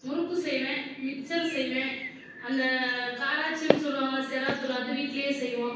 முறுக்கு செய்வேன் மிச்சர் செய்வேன் அந்த காராச்சேவுன்னு சொல்லுவாங்களே சிராத்தூள் அது வீட்லையே செய்வோம்